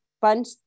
bunch